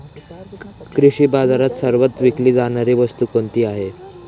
कृषी बाजारात सर्वात विकली जाणारी वस्तू कोणती आहे?